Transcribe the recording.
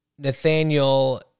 Nathaniel